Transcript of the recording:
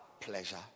pleasure